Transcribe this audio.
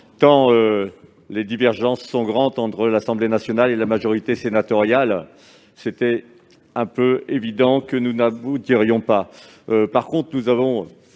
tant les divergences sont grandes entre l'Assemblée nationale et la majorité sénatoriale. Il était assez évident que nous n'aboutirions pas. En revanche, nous